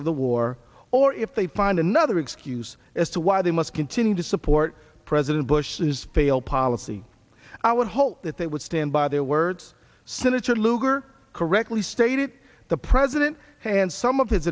of the war or if they find another excuse as to why they must continue to support president bush's failed policy i would hope that they would stand by their words senator lugar correctly stated the president and some of his